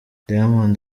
diamond